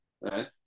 right